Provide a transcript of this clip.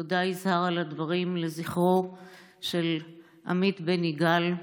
תודה, יזהר, על הדברים לזכרו של עמית בן יגאל.